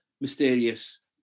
mysterious